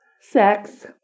Sex